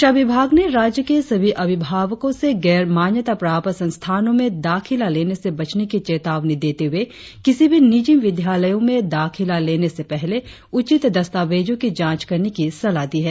शिक्षा विभाग़ ने राज्य के सभी अभिभावको से गैर मान्यताप्राप्त संस्थानों में दाखिला लेने से बचने की चेतावनी देते हुए किसी भी निजी विद्यालयों में दाख़िला लेने से पहले उचित दस्तावेजों की जांच करने की सलाह दी है